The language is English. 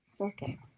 Okay